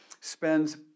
spends